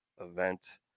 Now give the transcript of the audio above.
event